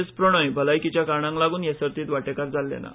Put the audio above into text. एस प्रणोय भलायकीच्या कारणांकलागून ह्या सर्तीत वाटेकार जाल्ले ना